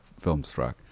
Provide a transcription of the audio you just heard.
Filmstruck